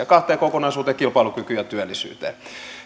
kahteen kokonaisuuteen kilpailukykyyn ja työllisyyteen